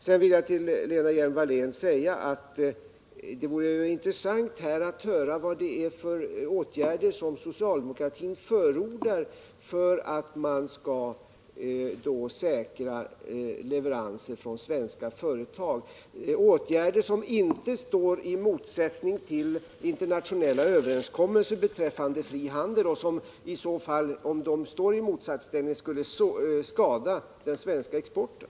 Till Lena Hjelm-Wallén vill jag säga att det vore intressant att få höra vad det är för åtgärder som socialdemokraterna förordar för att man skall säkra leveranser från svenska företag — åtgärder som inte står i motsättning till internationella överenskommelser beträffande fri handel. Strider åtgärderna mot dessa överenskommelser skadar de den svenska exporten.